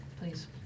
please